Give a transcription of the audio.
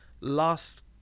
Last